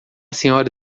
senhora